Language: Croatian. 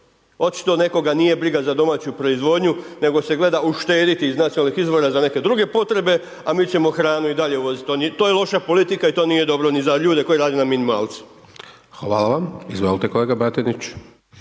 Očito nekoga nije briga za domaću proizvodnju nego se gleda uštediti iz nacionalnih izvora za neke druge potrebe, a mi ćemo hranu i dalje uvoziti. To je loša politika i to nije dobro ni za ljude koji rade na minimalcu.